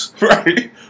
Right